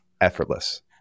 effortless